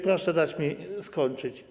Proszę dać mi skończyć.